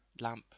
lamp